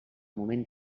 moment